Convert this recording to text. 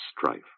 strife